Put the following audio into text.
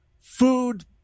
food